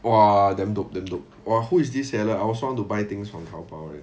!wah! damn dope damn dope !wah! who is this seller I also want to buy things from 淘宝